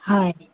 হয়